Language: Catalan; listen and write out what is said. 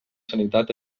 sanitat